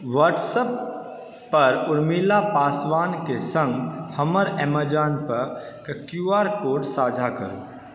WhatsApp पर उर्मिला पासवानके सङ्ग हमर एमेजन पे के क्यू आर कोड साझा करू